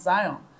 Zion